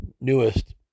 newest